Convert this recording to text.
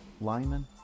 lineman